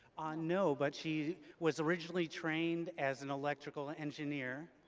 no, but she was originally trained as an electrical engineer,